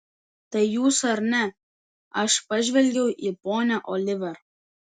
tai jūs ar ne aš pažvelgiau į ponią oliver